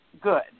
good